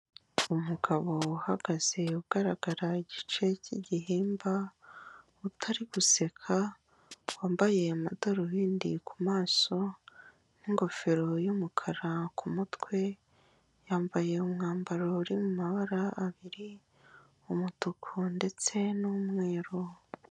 Umugabo uhagaze ugaragara igice cy'igihimba utari guseka, wambaye amadarubindi ku maso n'ingofero y'umukara ku mutwe, yambaye umwambaro uri mu mabara abiri umutuku ndetse n'umweru.